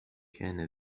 كان